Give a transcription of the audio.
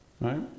Right